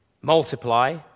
multiply